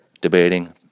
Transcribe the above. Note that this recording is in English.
debating